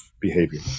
behavior